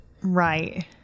right